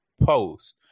post